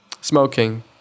smoking